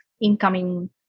incoming